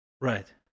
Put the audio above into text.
Right